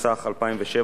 התשס"ח 2007,